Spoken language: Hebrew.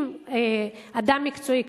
עם אדם מקצועי,